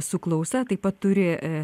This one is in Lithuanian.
su klausa taip pat turi